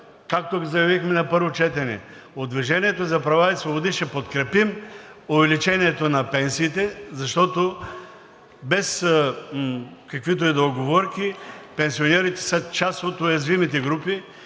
както го заявихме на първо четене: от „Движение за права и свободи“ ще подкрепим увеличението на пенсиите, защото без каквито и да е уговорки, пенсионерите са част от уязвимите групи